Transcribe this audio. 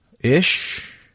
ish